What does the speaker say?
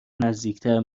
نزدیکتر